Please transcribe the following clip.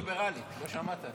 דמוקרטיה ליברלית, לא שמעת.